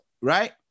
right